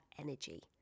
energy